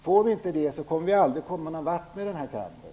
Får vi inte det kommer vi aldrig att komma någon vart i den här kampen.